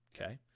okay